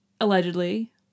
allegedly